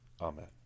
Amen